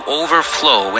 overflow